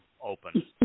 open